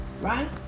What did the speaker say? right